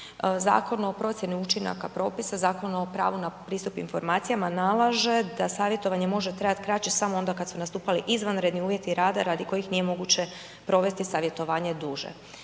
Zakon o procjeni učinaka propisa, Zakon o pravu na pristup informacijama nalaže da savjetovanje može trajat kraće samo onda kad su nastupali izvanredni uvjeti rada radi kojih nije moguće provesti savjetovanje duže.